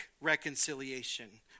reconciliation